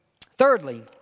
Thirdly